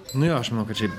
nu jo aš manau kad čia